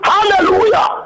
Hallelujah